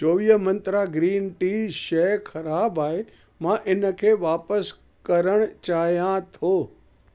चोवीह मंत्रा green tea शइ ख़राबु आहे मां इन खे वापसि करणु चाहियां थो